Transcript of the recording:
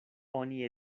oni